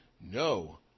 no